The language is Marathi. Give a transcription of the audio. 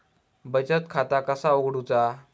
बचत खाता कसा उघडूचा?